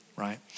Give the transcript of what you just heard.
Right